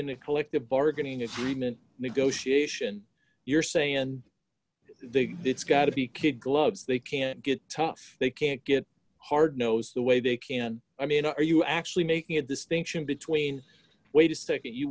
in a collective bargaining agreement negotiation you're saying and they it's got to be kid gloves they can't get tough they can't get hard nosed the way they can i mean are you actually making a distinction between wait a nd you